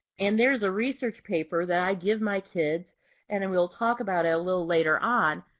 and there's a research paper that i give my kids and and we'll talk about it a little later on,